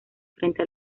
frente